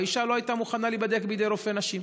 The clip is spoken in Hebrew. והאישה לא הייתה מוכנה להיבדק בידי רופא נשים.